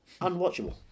unwatchable